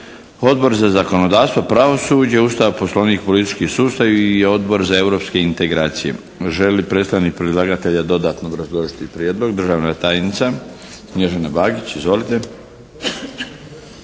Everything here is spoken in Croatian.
Odbor za zakonodavstvo, pravosuđe, Ustav, poslovnik i politički sustav i Odbor za europske integracije. Želi li predstavnik predlagatelja dodatno obrazložiti prijedlog? Državna tajnica, Snježana Bagić. Izvolite.